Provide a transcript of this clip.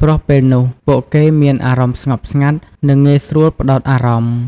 ព្រោះពេលនោះពួកគេមានអារម្មណ៍ស្ងប់ស្ងាត់ និងងាយស្រួលផ្ដោតអារម្មណ៍ ។